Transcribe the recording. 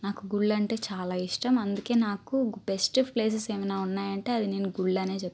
నాకు గుళ్ళు అంటే చాలా ఇష్టం అందుకే నాకు బెస్ట్ ప్లేసెస్ ఏమైనా ఉన్నాయంటే అది నేను గుళ్ళు అని చెప్తాను